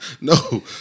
No